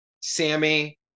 Sammy